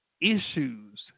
issues